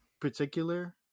particular